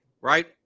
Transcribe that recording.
right